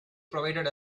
provided